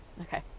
Okay